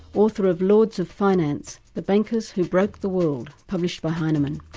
author of lords of finance the bankers who broke the world, published by heinemann.